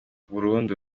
burundu